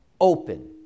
open